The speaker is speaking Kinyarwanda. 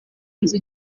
nzu